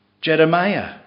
Jeremiah